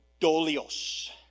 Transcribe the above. dolios